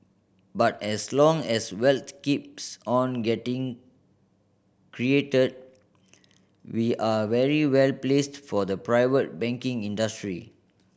but as long as wealth keeps on getting created we are very well placed for the private banking industry